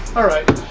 alright,